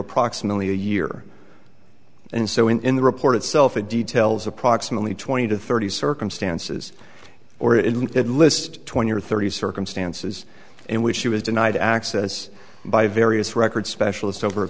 approximately a year and so in the report itself it details approximately twenty to thirty circumstances or it did list twenty or thirty circumstances in which she was denied access by various record specialists over a